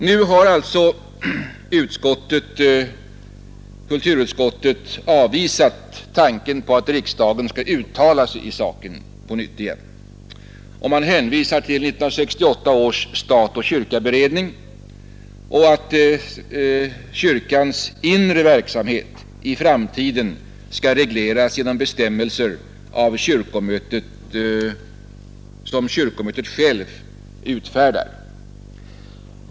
Kulturutskottet har på nytt avvisat tanken att riksdagen skall uttala sig i saken. Man hänvisar till 1968 års beredning om stat och kyrka och till att kyrkans inre verksamhet i framtiden skall regleras genom bestämmelser som kyrkomötet självt utfärdar.